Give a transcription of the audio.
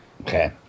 Okay